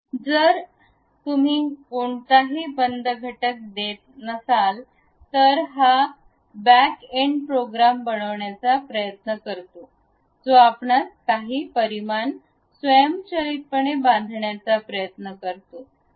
तर जर तुम्ही कोणत्याही बंद घटक देत नसल्यास हा बॅक एंड प्रोग्राम बनवण्याचा प्रयत्न करतो जो आपणास काही परिमाण स्वयंचलितपणे बांधण्याचा प्रयत्न करतो